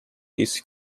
his